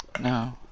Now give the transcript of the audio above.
No